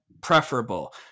preferable